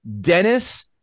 Dennis